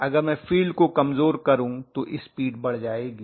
अगर मैं फील्ड को कमजोर करूं तो स्पीड बढ़ जाएगी